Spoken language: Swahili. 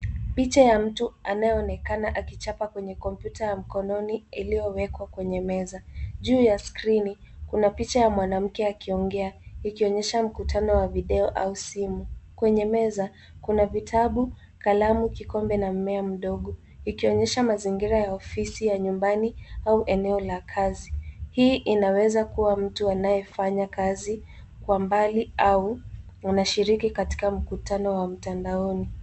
Picha ya mtu anayeonekana akichapa kwenye kompyuta ya mkononi iliyowekwa kwenye meza. Juu ya skrini kuna picha ya mwanamke akiongea, ikionyesha mkutano wa video au simu. Kwenye meza, kuna vitabu, kalamu, kikombe na mmea mdogo, ikionyesha mazingira ya ofisi ya nyumbani au eneo la kazi. Hii inaweza kuwa mtu anayefanya kazi kwa mbali au mnashiriki katika mkutano wa mtandaoni.